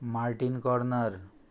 Martin corner